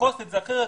לפרוס את זה אחרת.